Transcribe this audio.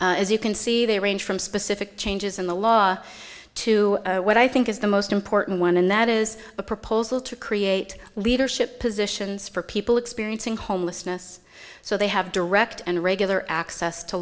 extractions as you can see they range from specific changes in the law to what i think is the most important one and that is a proposal to create leadership positions for people experiencing homelessness so they have direct and regular access to